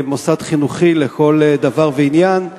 כמוסד חינוכי לכל דבר ועניין.